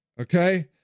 okay